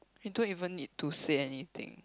you don't even need to say anything